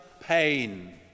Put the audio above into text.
pain